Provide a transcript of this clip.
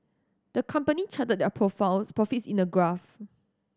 the company charted their perform profits in a graph